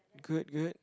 good good